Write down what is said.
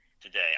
today